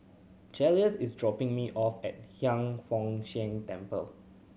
Joseluis is dropping me off at Hiang Foo Siang Temple